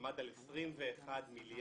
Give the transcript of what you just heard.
עמד על 21 מיליארד,